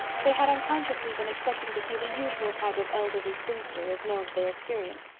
they had unconsciously been expecting to see the usual type of elderly spinster as known to their experience.